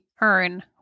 earn